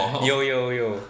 有有有